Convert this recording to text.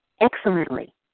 excellently